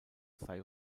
sei